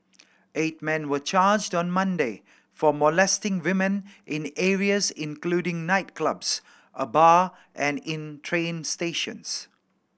eight men were charged on Monday for molesting women in areas including nightclubs a bar and in train stations